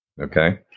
Okay